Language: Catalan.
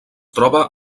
troba